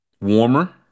Warmer